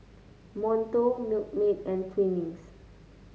Monto Milkmaid and Twinings